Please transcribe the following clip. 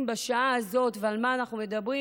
כאן בשעה הזאת ועל מה אנחנו מדברים,